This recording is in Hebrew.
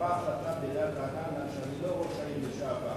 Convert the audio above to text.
הועברה החלטה בעיריית רעננה שאני לא ראש העיר לשעבר,